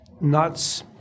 nuts